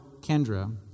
Kendra